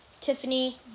Tiffany